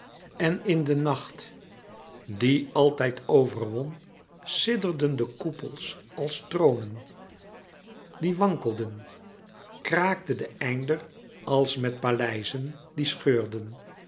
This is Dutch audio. en in den nacht die altijd overwon sidderden de koepels als tronen die wankelden kraakte de einder als met paleizen die scheurden